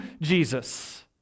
Jesus